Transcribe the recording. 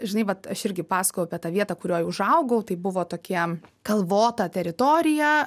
žinai vat aš irgi pasakojau apie tą vietą kurioj užaugau tai buvo tokie kalvota teritorija